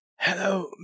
Hello